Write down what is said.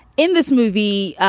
in this movie,